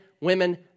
women